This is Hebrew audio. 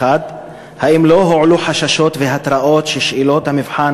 1. האם לא הועלו חששות והתרעות ששאלות המבחן